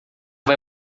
vai